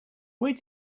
where